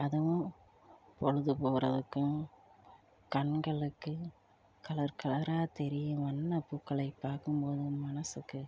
அதுவும் பொழுது போகிறதுக்கும் கண்களுக்கு கலர் கலராக தெரியும் வண்ணப்பூக்களை பார்க்கும் போது மனதுக்கு